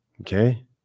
Okay